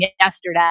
yesterday